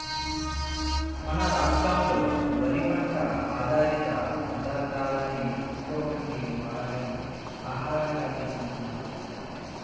మన రాష్ట్రంలో వరి పంట ఆధారిత పదార్ధాలనే ఎక్కువమంది వారి ఆహారంగా తీసుకుంటున్నారు